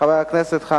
חבר הכנסת כרמל